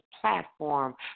platform